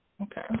Okay